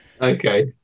okay